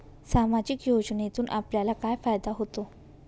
सामाजिक योजनेतून आपल्याला काय फायदा होतो?